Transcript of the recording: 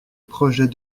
projet